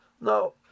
No